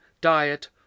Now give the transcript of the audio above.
diet